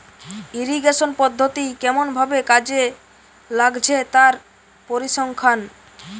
irrigation পদ্ধতি কেমন ভাবে কাজে লাগছে তার পরিসংখ্যান